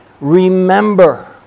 Remember